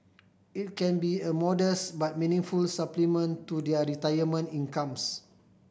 it can be a modest but meaningful supplement to their retirement incomes